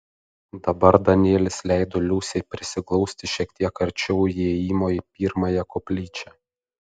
dabar danielis leido liusei prisiglausti šiek tiek arčiau įėjimo į pirmąją koplyčią